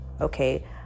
okay